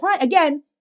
again